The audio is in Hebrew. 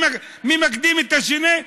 מי מקדים את השני,